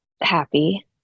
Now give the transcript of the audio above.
happy